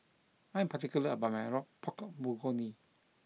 I am particular about my Pork Bulgogi